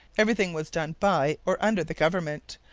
everything was done by or under the government,